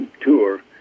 tour